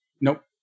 Nope